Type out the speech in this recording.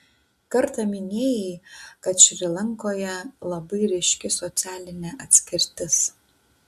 kartą minėjai kad šri lankoje labai ryški socialinė atskirtis